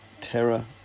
terror